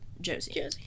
Josie